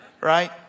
right